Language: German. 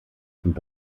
und